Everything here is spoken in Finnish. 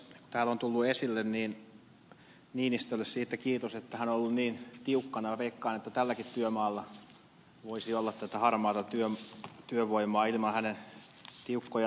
kuten täällä on tullut esille niinistölle siitä kiitos että hän on ollut niin tiukkana sillä veikkaan että tälläkin työmaalla voisi olla tätä harmaata työvoimaa ilman hänen tiukkoja notuulejaan